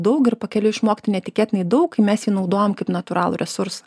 daug ir pakeliui išmokti neįtikėtinai daug kai mes jį naudojam kaip natūralų resursą